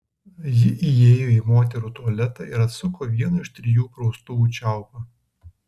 ji įėjo į moterų tualetą ir atsuko vieno iš trijų praustuvų čiaupą